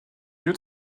lieu